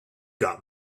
got